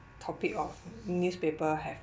topic of newspaper have